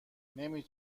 نمی